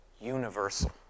universal